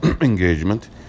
engagement